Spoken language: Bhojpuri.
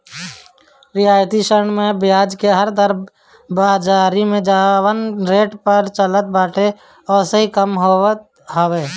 रियायती ऋण में बियाज के दर बाजारी में जवन रेट चलत बाटे ओसे कम होत हवे